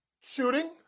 Shooting